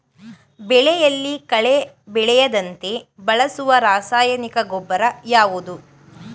ಬೆಳೆಯಲ್ಲಿ ಕಳೆ ಬೆಳೆಯದಂತೆ ಬಳಸುವ ರಾಸಾಯನಿಕ ಗೊಬ್ಬರ ಯಾವುದು?